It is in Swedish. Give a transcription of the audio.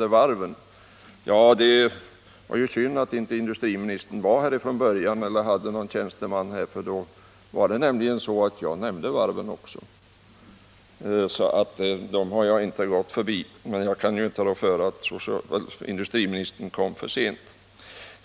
varven. Det var synd att industriministern inte var här från början eller hade någon tjänsteman som bevakade debatten. Jag nämnde faktiskt varven också, men industriministern kom för sent.